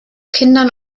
kindern